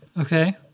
Okay